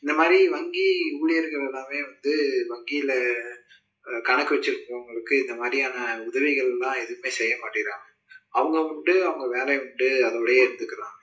இந்த மாதிரி வங்கி ஊழியர்கள் எல்லாமே வந்து வங்கியில் கணக்கு வெச்சுருக்கவுங்களுக்கு இந்த மாதிரியான உதவிகளெலாம் எதுவுமே செய்ய மாட்டிக்கிறாங்க அவங்க உண்டு அவங்க வேலையுண்டு அதோடையே இருந்துக்கிறாங்க